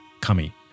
kami